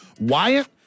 Wyatt